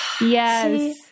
Yes